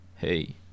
Hey